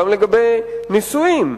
גם לגבי נישואים,